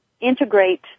integrate